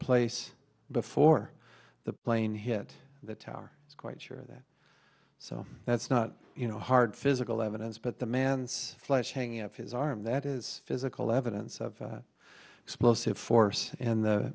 place before the plane hit the tower it's quite sure that so that's not you know hard physical evidence but the man's flesh hanging up his arm that is physical evidence of explosive force in the